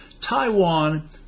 Taiwan